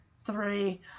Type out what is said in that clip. three